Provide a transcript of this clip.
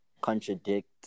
contradict